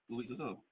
two weeks also